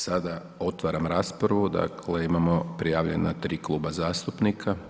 Sada otvaram raspravu, dakle imamo prijavljena tri kluba zastupnika.